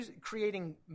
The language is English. creating